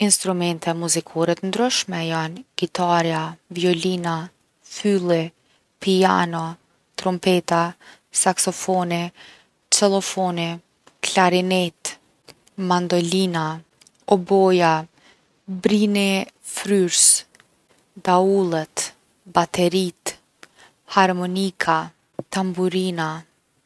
Instrumente muzikore t’ndryshme jon gitarja, violina, fylli, piano, trumpeta, saksofoni, cellofoni, klarinet, mandolina, oboja, brini fryrës, daullet, bateritë, harmonika, tamborina.